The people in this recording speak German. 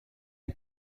ein